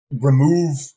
remove